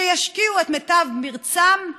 שישקיעו את מיטב מרצם,